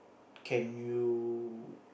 can you